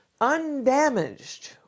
undamaged